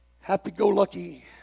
happy-go-lucky